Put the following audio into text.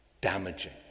damaging